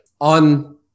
on